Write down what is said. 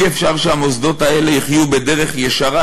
אי-אפשר שהמוסדות האלה יחיו בדרך ישרה?